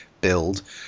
build